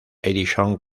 edison